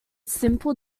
simple